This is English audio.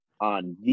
on